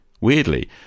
Weirdly